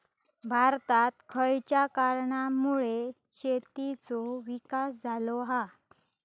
भारतात खयच्या कारणांमुळे शेतीचो विकास झालो हा?